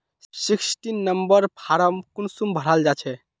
Sixteen number form कुंसम भराल जाछे?